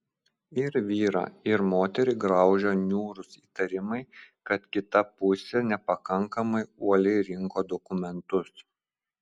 ir vyrą ir moterį graužia niūrus įtarimai kad kita pusė nepakankamai uoliai rinko dokumentus